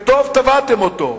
וטוב שתבעתם אותו.